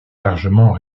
largement